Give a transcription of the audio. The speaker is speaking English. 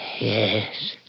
yes